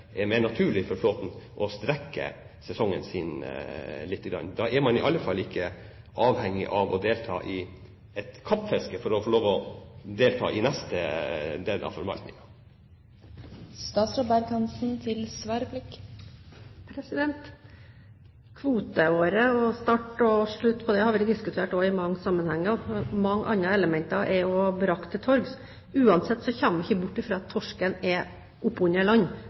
er mer naturlig for flåten å strekke sesongen litt. Da er man i alle fall ikke avhengig av å delta i et kappfiske for å få lov å delta i neste del av forvaltningen. Kvoteåret og start og slutt på det har vært diskutert i mange sammenhenger. Mange andre elementer er også brakt til torgs. Uansett kommer vi ikke bort fra at torsken er oppunder land